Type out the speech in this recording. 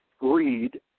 read